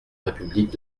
république